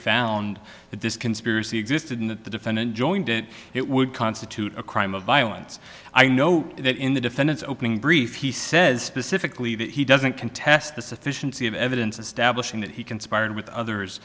that this conspiracy existed in that the defendant joined it it would constitute a crime of violence i know that in the defendant's opening brief he says specifically that he doesn't contest the sufficiency of evidence establishing that he conspired with